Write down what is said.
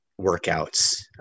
workouts